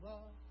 Love